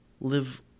live